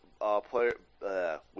player